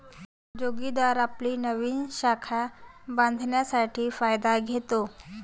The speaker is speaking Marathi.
जोगिंदर आपली नवीन शाखा बांधण्यासाठी फायदा घेतो